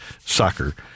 soccer